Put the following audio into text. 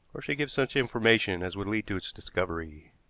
or should give such information as would lead to its discovery.